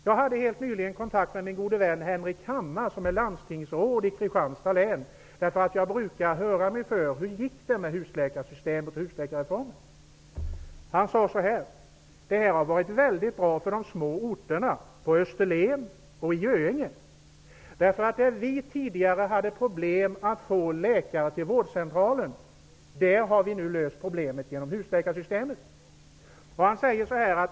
Jag hade helt nyligen kontakt med min gode vän Henrik Hammar, som är landstingsråd i Kristianstads län -- jag brukar höra mig för om hur det gått med husläkarsystemet och husläkarreformen. Han sade: Det här har varit väldigt bra för de små orterna på Österlen och i Göinge. Där vi tidigare hade problem att få läkare till vårdcentralen har vi nu löst problemet genom husläkarsystemet.